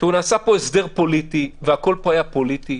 נעשה פה הסדר פוליטי והכול היה פוליטי.